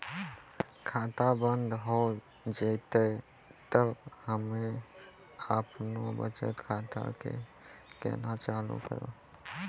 खाता बंद हो जैतै तऽ हम्मे आपनौ बचत खाता कऽ केना चालू करवै?